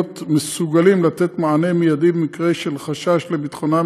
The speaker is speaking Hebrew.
מסוגלים לתת מענה מיידי במקרה של חשש לביטחונם